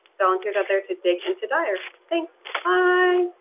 volunteers out there to dig into dyar. thanks, um